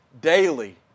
daily